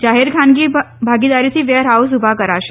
જાહેર ખાનગી ભાગીદારીથી વેર હાઉસ ઊભા કરાશે